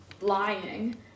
lying